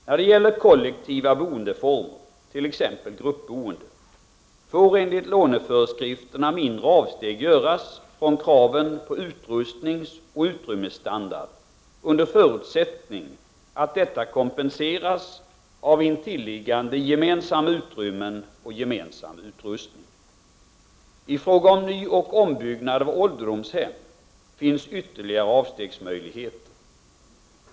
När det gäller kollektiva boendeformer, t.ex. gruppboende, får enligt låneföreskrifterna mindre avsteg göras från kraven på utrustningsoch utrymmesstandard under förutsättning att detta kompenseras av intilliggande gemensamma utrymmen och gemensam utrustning. I fråga om nyoch ombyggnad av ålderdomshem finns ytterligare avstegsmöjligheter.